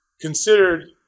considered